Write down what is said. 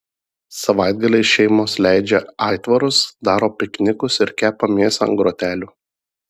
savaitgaliais šeimos leidžia aitvarus daro piknikus ir kepa mėsą ant grotelių